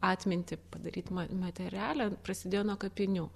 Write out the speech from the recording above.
atmintį padaryt ma materialią prasidėjo nuo kapinių